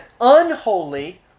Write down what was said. unholy